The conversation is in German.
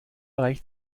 reicht